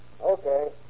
Okay